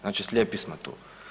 Znači slijepi smo tu.